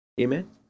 Amen